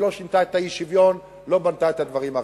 כי היא לא שינתה את האי-שוויון ולא בנתה את הדברים האחרים.